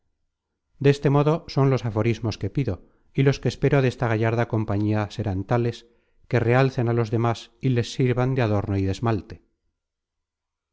manchego deste modo son los aforismos que pido y los que espero desta gallarda compañía serán tales que realcen á los demas y les sirvan de adorno y de esmalte